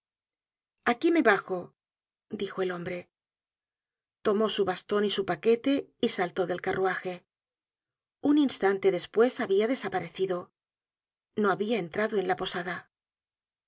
aquí me bajo dijo el hombre tomó su baston y su paquete y saltó del carruaje un instante despues habia desaparecido no habia entrado en la posada